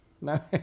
no